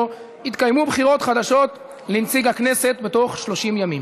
יתקיימו בחירות חדשות לנציג הכנסת בתוך 30 ימים.